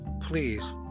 please